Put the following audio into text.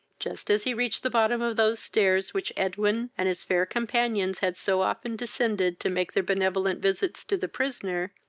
just as he reached the bottom of those stairs which edwin and his fair companions had so often descended to make their benevolent visits to the prisoner,